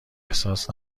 احساس